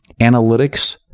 analytics